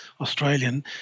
Australian